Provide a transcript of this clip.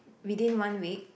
within one week